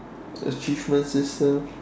achievements system